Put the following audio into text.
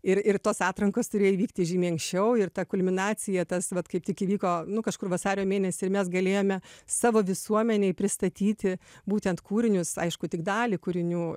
ir ir tos atrankos turėjo įvykti žymiai anksčiau ir ta kulminacija tas vat kaip tik įvyko nu kažkur vasario mėnesį ir mes galėjome savo visuomenei pristatyti būtent kūrinius aišku tik dalį kūrinių